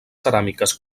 ceràmiques